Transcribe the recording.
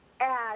add